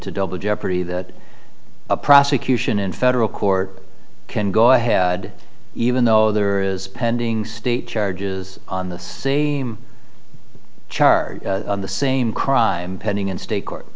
to double jeopardy that a prosecution in federal court can go ahead even though there is pending state charges on the same charge the same crime pending in state court